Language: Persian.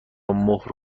مهر